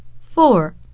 Four